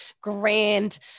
grand